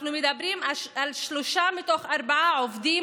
אנחנו מדברים על שלושה מתוך ארבעה עובדים